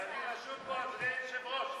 אבל אני רשום פה, אדוני היושב-ראש.